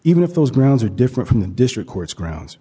even if those grounds are different from the district court's grounds